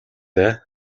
дээ